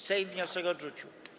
Sejm wniosek odrzucił.